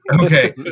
Okay